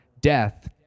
death